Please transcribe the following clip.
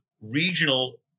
regional